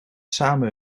samen